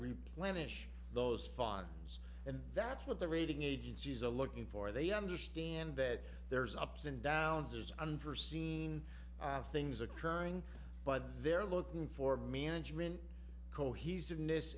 replenish those fons and that's what the rating agencies a looking for they understand that there's ups and downs as unforseen things occurring but they're looking for management cohesiveness